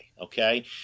Okay